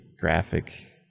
graphic